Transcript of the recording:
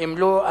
ואם לא,